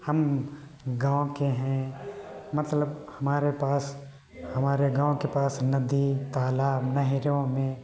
हम गाँव के हैं मतलब हमारे पास हमारे गाँव के पास नदी तालाब नहरों में